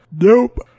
Nope